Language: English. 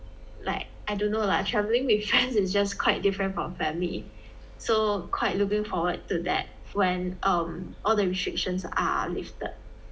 like I don't know lah like travelling with friends it's just quite different from family so quite looking forward to that when um all the restrictions are lifted